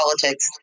politics